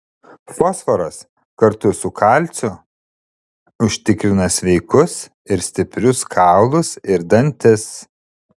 fosforas kartu su kalciu užtikrina sveikus ir stiprius kaulus ir dantis